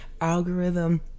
algorithm